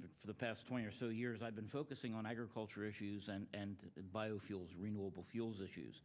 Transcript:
recently for the past twenty or so years i've been focusing on agriculture issues and biofuels renewable fuels issues